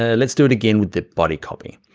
ah let's do it again with the body copying.